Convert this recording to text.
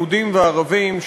יהודים וערבים,